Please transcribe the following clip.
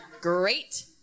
Great